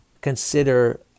consider